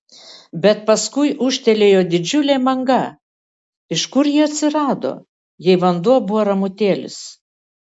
bet paskui ūžtelėjo didžiulė banga iš kur ji atsirado jei vanduo buvo ramutėlis